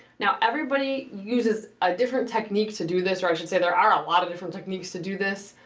now everybody uses a different technique to do this, or i should say there are a lot of different techniques to do this.